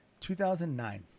2009